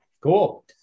Cool